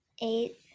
Eight